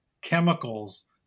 chemicals